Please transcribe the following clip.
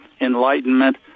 enlightenment